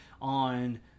on